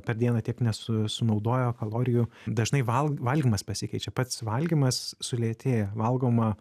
per dieną tiek nesu sunaudoja kalorijų dažnai val valgymas pasikeičia pats valgymas sulėtėja valgoma